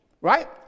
Right